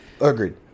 Agreed